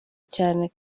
cyane